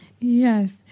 Yes